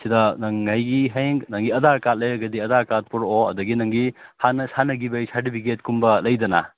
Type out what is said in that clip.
ꯁꯤꯗ ꯅꯪ ꯑꯩꯒꯤ ꯍꯌꯦꯡ ꯅꯪꯒꯤ ꯑꯙꯔ ꯀꯥꯔꯗ ꯂꯩꯔꯒꯗꯤ ꯑꯙꯔ ꯀꯥꯔꯗ ꯄꯣꯔꯛꯑꯣ ꯑꯗꯒꯤ ꯅꯪꯒꯤ ꯍꯥꯟꯅ ꯁꯥꯟꯅꯈꯤꯕꯒꯤ ꯁꯥꯔꯇꯤꯐꯤꯀꯦꯠ ꯀꯨꯝꯕ ꯂꯩꯗꯅ